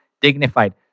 dignified